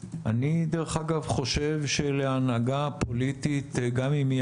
אני דרך אגב חושב שלהנהגה פוליטית גם אם היא